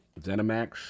ZeniMax